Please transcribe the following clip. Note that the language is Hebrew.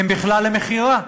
הן בכלל למכירה,